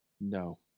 No